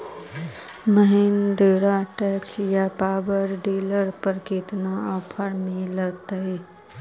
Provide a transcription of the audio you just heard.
Mahindra tractor या power dealer पर कितना ओफर मीलेतय?